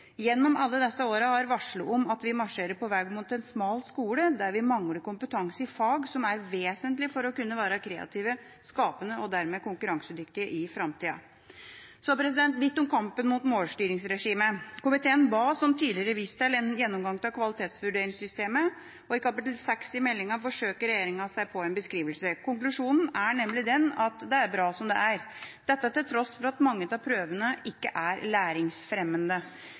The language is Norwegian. gjennom alle disse årene har varslet om at vi marsjerer på en vei mot en smal skole der vi mangler kompetanse i fag som er vesentlig for å være kreative, skapende og dermed konkurransedyktige i framtida. Så litt om kampen mot målstyringsregimet: Komiteen ba, som tidligere vist til, om en gjennomgang av kvalitetsvurderingssystemet, og i kapittel 6 i meldinga forsøker regjeringa seg på en beskrivelse. Konklusjonen er nemlig at det er bra som det er – dette til tross for at mange av prøvene ikke er læringsfremmende.